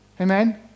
Amen